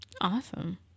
Awesome